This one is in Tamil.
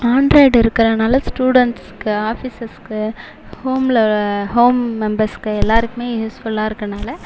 ஆண்ட்ராய்டு இருக்கறதுனால ஸ்டூடெண்ட்ஸுக்கு ஆஃபீஸர்ஸுக்கு ஹோமில் ஹோம் மெம்பர்ஸுக்கு எல்லோருக்குமே யூஸ்ஃபுல்லாக இருக்கிறதுனால